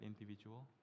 individual